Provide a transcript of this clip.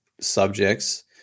subjects